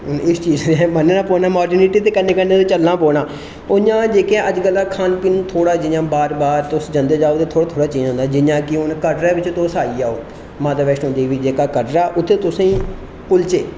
हून इस चीज़ गी मन्नना पौना मार्डनसिटी गी ते कन्नै कन्नै चलना पौना इ'यां जेह्के अजकल दा खाना थोह्ड़ा जि'यां बाह्र बाह्र तुस जंदे जाओ ते थोहड़ा थोह्ड़ा चेंज होंदा ऐ जि'यां कि हून कटरा बिच्च हून तुस आई जाओ माता बैश्णो देबी जेह्का कटरा उत्थै तुसें गी कुलचे